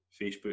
Facebook